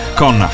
con